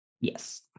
Yes